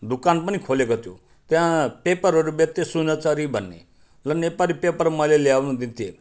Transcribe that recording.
दोकान पनि खोलेको थियो त्यहाँ पेपरहरू बेच्थ्यो सुनचरी भन्ने र नेपाली पेपर मैले ल्याउनु दिन्थेँ